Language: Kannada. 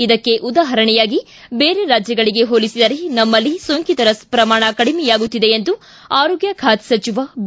ಇದಕ್ಕೆ ಉದಾಪರಣೆಯಾಗಿ ಬೇರೆ ರಾಜ್ಯಗಳಿಗೆ ಹೋಲಿಸಿದರೆ ನಮ್ನಲ್ಲಿ ಸೋಂಕಿತರ ಪ್ರಮಾಣ ಕಡಿಮೆಯಾಗುತ್ತಿದೆ ಎಂದು ಆರೋಗ್ಯ ಖಾತೆ ಸಚಿವ ಬಿ